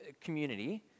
community